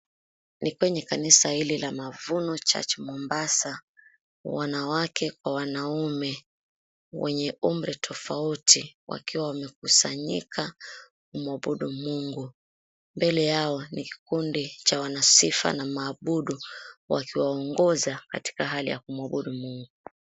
Ni kwenye kanisa hili la Mavuno Church Mombasa, wanawake kwa wanaume wenye umri tofauti wakiwa wamekusanyika kumuabudu Mungu. Mbele yao ni kikundi cha wanasifa na waabudu wakiwaongoza katika hali ya kumuabudu Mungu.